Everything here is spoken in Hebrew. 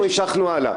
אנחנו המשכנו הלאה.